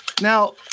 Now